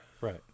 Right